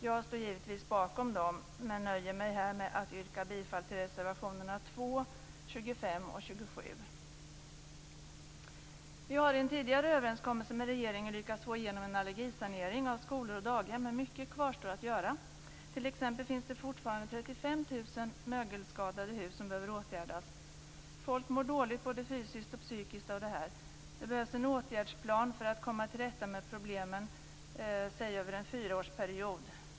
Jag står givetvis bakom dem, men nöjer mig med att yrka bifall till reservationerna 2, 25 och 27. Vi har i en tidigare överenskommelse med regeringen lyckats få igenom en allergisanering av skolor och daghem, men mycket kvarstår att göra. Det finns t.ex. fortfarande 35 000 mögelskadade hus som behöver åtgärdas. Folk mår dåligt både fysiskt och psykiskt av det här. Det behövs en åtgärdsplan för att komma till rätta med problemen, säg över en fyraårsperiod.